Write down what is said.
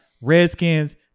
Redskins